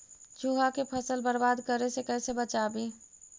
चुहा के फसल बर्बाद करे से कैसे बचाबी?